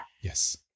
Yes